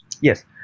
Yes